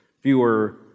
fewer